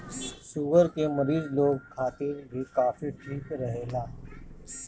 sugar के मरीज लोग खातिर भी कॉफ़ी ठीक रहेला